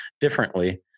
differently